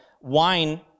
Wine